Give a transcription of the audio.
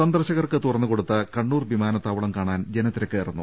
സന്ദർശകർക്ക് തുറന്നുകൊടുത്ത കണ്ണൂർ വിമാനത്താവളം കാണാൻ ജനത്തിരക്കേറുന്നു